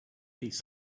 piece